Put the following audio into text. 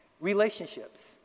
relationships